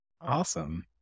Awesome